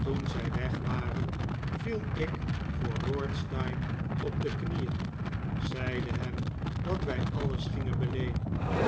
toen zij weg waren viel ik voor lord steyne op de knieen zeide hem dat wij alles gingen beleenen